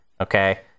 okay